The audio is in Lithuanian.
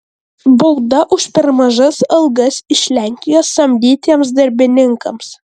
bauda už per mažas algas iš lenkijos samdytiems darbininkams